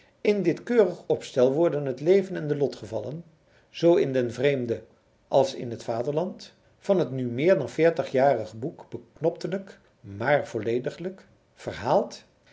in dit keurig opstel worden het leven en de lotgevallen zoo in den vreemde als in het vaderland van het nu meer dan veertigjarig boek beknoptelijk maar vollediglijk verhaald